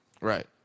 Right